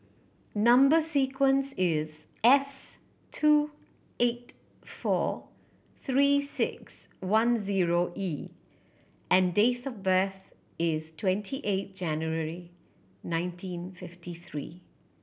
number sequence is S two eight four Three Six One zero E and date of birth is twenty eight January nineteen fifty three